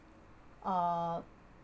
uh